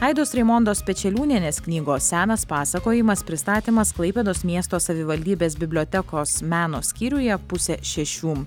aidos raimondos pečeliūnienės knygos senas pasakojimas pristatymas klaipėdos miesto savivaldybės bibliotekos meno skyriuje pusę šešių